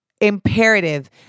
imperative